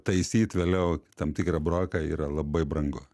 taisyt vėliau tam tikrą broką yra labai brangu